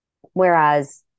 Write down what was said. whereas